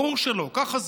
ברור שלא, ככה זה,